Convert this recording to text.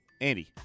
Andy